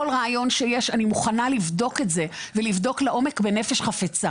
כל רעיון שיש אני מוכנה לבדוק את זה ולבדוק לעומק בנפש חפצה.